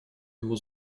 его